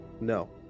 No